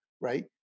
right